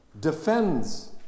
defends